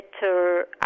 better